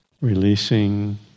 releasing